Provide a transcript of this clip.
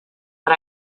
but